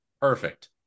perfect